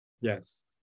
Yes